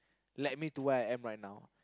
let me to what I am right now